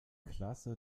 klasse